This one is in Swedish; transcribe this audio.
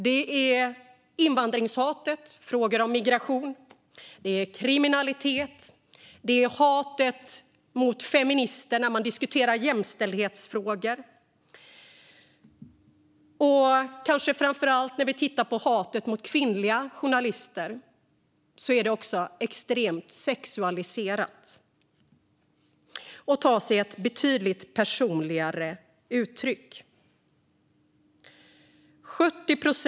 Det är invandringshatet, och det är frågor om migration och kriminalitet. Det är hatet mot feminister när jämställdhetsfrågor diskuteras. Kanske framför allt när vi tittar på hatet mot kvinnliga journalister ser vi också att det är extremt sexualiserat och tar sig ett betydligt personligare uttryck.